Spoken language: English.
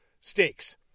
stakes